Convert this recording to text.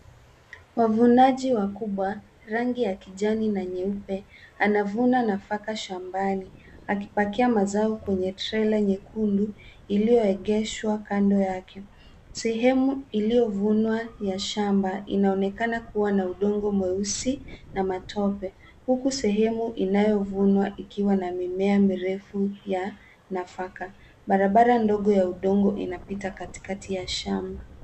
Wavunaji wakubwa, rangi ya kijani na nyeupe anavuna nafaka shambani akipakia mazao kwenye trela nyekundu iliyoegeshwa kando yake. Sehemu iliyovunwa ya shamba inaonekana kuwa na udongo mweusi na matope huku sehemu inayovunwa ikiwa na mimea mirefu ya nafaka. Barabara ndogo ya udongo inapita katikati ya shamba.